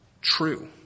true